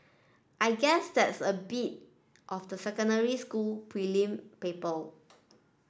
I guess that's a bit of the secondary school prelim people